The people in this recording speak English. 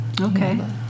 Okay